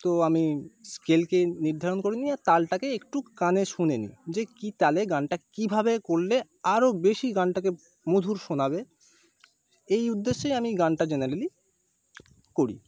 তো আমি স্কেলকে নির্ধারণ করে নিই আর তালটাকে একটু কানে শুনে নিই যে কি তালে গানটা কীভাবে করলে আরও বেশি গানটাকে মধুর শোনাবে এই উদ্দেশ্যেই আমি গানটা জেনারেলি করি